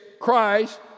Christ